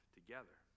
together